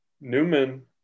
Newman